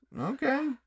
Okay